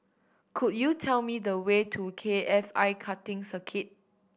could you tell me the way to K F I Karting Circuit